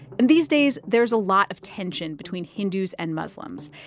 and these days, there's a lot of tension between hindus and muslims.